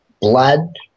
blood